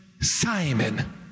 Simon